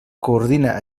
coordina